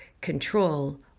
control